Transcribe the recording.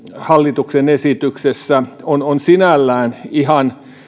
hallituksen esityksessä on on sinällään ihan